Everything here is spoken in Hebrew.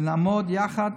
ונעמוד יחד,